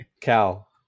Cal